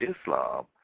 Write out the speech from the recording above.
Islam